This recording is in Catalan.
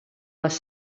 les